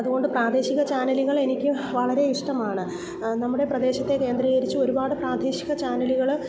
അതുകൊണ്ട് പ്രാദേശിക ചാനലുകൾ എനിക്ക് വളരെ ഇഷ്ടമാണ് നമ്മുടെ പ്രദേശത്തെ കേന്ദ്രീകരിച്ചു ഒരുപാട് പ്രാദേശിക ചാനലുകൾ